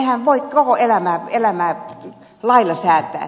eihän voi koko elämää lailla säätää